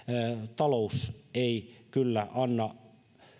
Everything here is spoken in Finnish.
talous ei kyllä anna